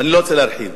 ואני לא רוצה להרחיב.